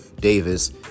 Davis